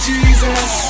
Jesus